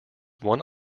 one